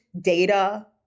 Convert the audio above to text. data